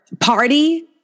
party